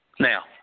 Now